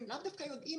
הם לאו דווקא יודעים